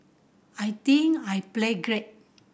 I think I played great